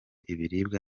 ibiribwa